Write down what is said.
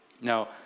Now